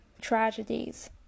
tragedies